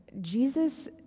Jesus